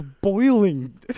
boiling